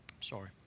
Sorry